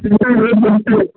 बिल्कुल भाई बिल्कुल